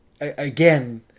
again